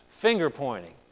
finger-pointing